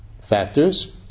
factors